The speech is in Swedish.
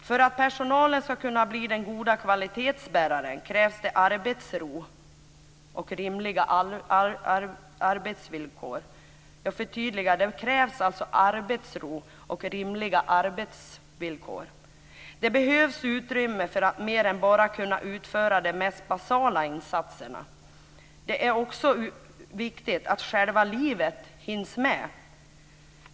För att personalen ska bli den goda kvalitetsbäraren krävs arbetsro och rimliga arbetsvillkor. Jag förtydligar: Det krävs alltså arbetsro och rimliga arbetsvillkor. Det behövs utrymme för att mer än bara kunna utföra de mest basala insatserna. Det är också viktigt att själva livet hinns med.